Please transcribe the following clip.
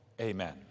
Amen